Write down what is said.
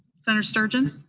senator sturgeon?